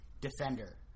defender